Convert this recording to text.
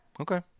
Okay